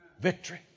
Victory